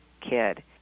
kid